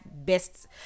best